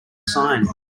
sign